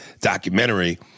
documentary—